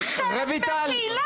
הם חלק מהקהילה.